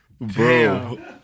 Bro